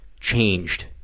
changed